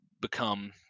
become